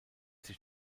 sich